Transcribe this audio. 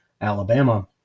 Alabama